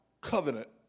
covenant